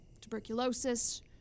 Tuberculosis